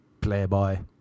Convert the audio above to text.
Playboy